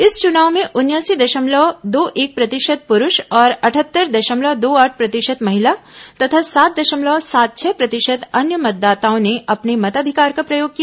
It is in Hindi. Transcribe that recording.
इस चुनाव में उनयासी दशमलव दो एक प्रतिशत पुरूष और अटहत्तर दशमलव दो आठ प्रतिशत महिला तथा सात दशमलव सात छह प्रतिशत अन्य मतदाताओं ने अपने मताधिकार का प्रयोग किया